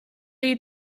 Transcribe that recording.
you